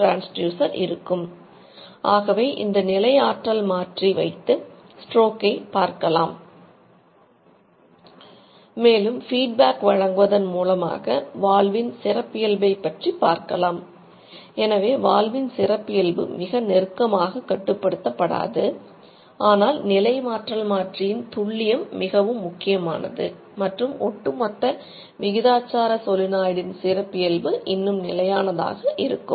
stroke கட்டுப்பாட்டு சொலினாய்டில் சிறப்பியல்பு இன்னும் நிலையானதாக இருக்கும்